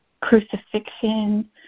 crucifixion